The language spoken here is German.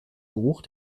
geruch